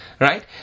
right